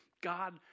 God